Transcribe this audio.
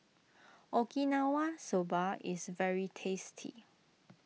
Okinawa Soba is very tasty